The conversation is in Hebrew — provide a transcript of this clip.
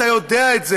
אתה יודע את זה,